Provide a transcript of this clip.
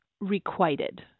requited